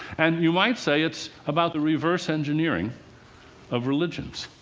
and you might say it's about the reverse engineering of religions.